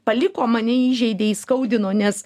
paliko mane įžeidė įskaudino nes